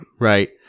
Right